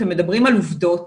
אתם מדברים על עובדות